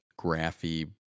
graphy